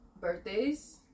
birthdays